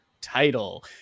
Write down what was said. title